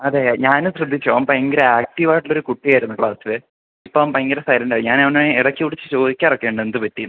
അതെ ഞാനും ശ്രദ്ധിച്ചു അവൻ ഭയങ്കര ആക്റ്റീവായിട്ടുള്ളൊരു കുട്ടിയായിരുന്നു ക്ലാസ്സിലെ ഇപ്പം അവൻ ഭയങ്കര സൈലെൻ്റായി ഞാനവനെ ഇടയ്ക്ക് വിളിച്ചു ചോദിക്കാറൊക്കെയുണ്ട് എന്തു പറ്റിയെന്ന്